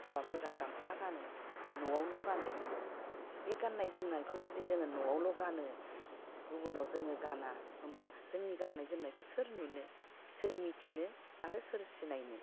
हौवाफोरा गामसा गानो न'आवल' गानो बेखौ बे गान्नाय जोमनायखौ जुदि जोङो न'आवल' गानो गुबुनाव जोङो गाना होमबा जोंनि गान्नाय जोमनायखौ सोर नुनो सोर मिथिनो आरो सोर सिनायनो